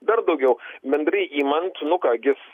dar daugiau bendrai imant nu ką gis